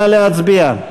נא להצביע.